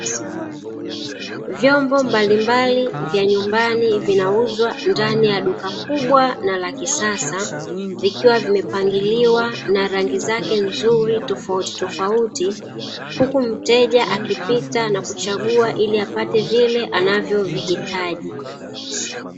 Vyombo mbalimbali vya nyumbani vinauzwa ndani ya duka kubwa na la kisasa, vikiwa vimepangiliwa na rangi zake nzuri tofautitofauti, huku mteja akipita na kuchagua ili apate vile anavyovihitaji.